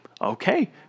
Okay